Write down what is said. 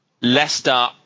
Leicester